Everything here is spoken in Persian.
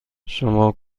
شما